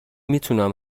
میتونم